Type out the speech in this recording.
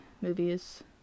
Movies